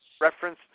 Reference